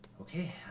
Okay